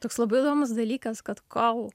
toks labai įdomus dalykas kad kol